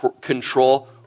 control